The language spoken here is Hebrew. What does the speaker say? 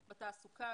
בתעסוקה,